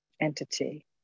entity